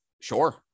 sure